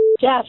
Jeff